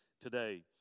today